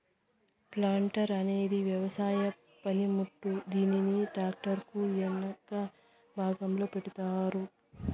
planter అనేది వ్యవసాయ పనిముట్టు, దీనిని ట్రాక్టర్ కు ఎనక భాగంలో పెడతారు